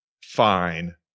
fine